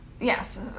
Yes